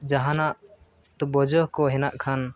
ᱡᱟᱦᱱᱟᱜ ᱵᱟᱹᱡᱟᱹ ᱠᱚ ᱦᱮᱱᱟᱜ ᱠᱷᱟᱱ